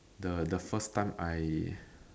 the the first time I